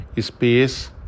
space